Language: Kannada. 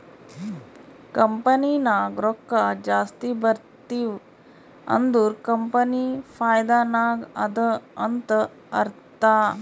ಕಂಪನಿ ನಾಗ್ ರೊಕ್ಕಾ ಜಾಸ್ತಿ ಬರ್ತಿವ್ ಅಂದುರ್ ಕಂಪನಿ ಫೈದಾ ನಾಗ್ ಅದಾ ಅಂತ್ ಅರ್ಥಾ